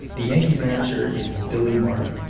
the yankees manager is billy martin.